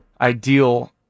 ideal